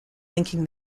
linking